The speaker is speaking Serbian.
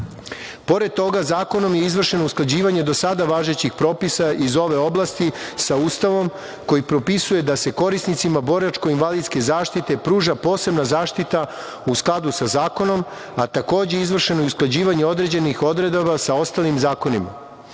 toga, zakonom je izvršeno usklađivanje do sada važećih propisa iz ove oblasti sa Ustavom, koji propisuje da se korisnicima boračko-invalidske zaštite pruža posebna zaštita, u skladu sa zakonom, a takođe je izvršeno usklađivanje određenih odredaba sa ostalim zakonima. Pored